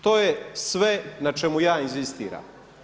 To je sve na čemu ja inzistiram.